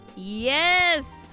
Yes